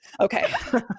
okay